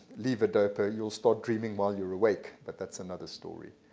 levodopa, you'll start dreaming while you're awake, but that's another story.